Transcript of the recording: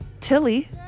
tilly